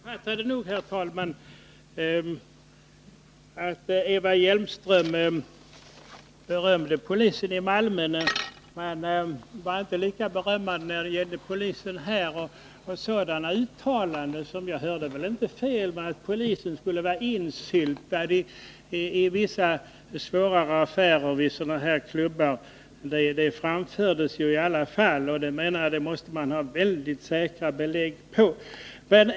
Herr talman! Jag uppfattade att Eva Hjelmström berömde polisen i Malmö, men hon var inte lika berömmande mot polisen i Stockholm. Jag hörde väl inte fel när jag uppfattade sådana uttalanden som att polisen skulle vara insyltad i vissa svårare affärer vid sådana här klubbar. Man måste ha mycket säkra belägg för att kunna påstå något sådant.